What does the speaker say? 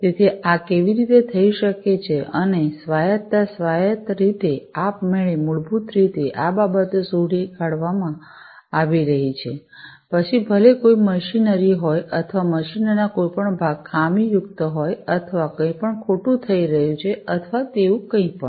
તેથી આ કેવી રીતે થઈ શકે છે અને સ્વાયત્તતા સ્વાયત્ત રીતે આપમેળે મૂળભૂત રીતે આ બાબતો શોધી કાઢવામાં આવી રહી છે પછી ભલે કોઈ મશીનરી હોય અથવા મશીનોના કોઈપણ ભાગ ખામીયુક્ત હોય અથવા કંઈપણ ખોટું થઈ રહ્યું છે અથવા તેવું કંઈપણ